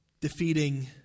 defeating